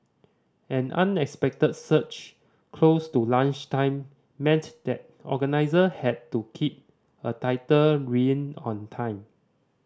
an unexpected surge close to lunchtime meant that organiser had to keep a tighter rein on time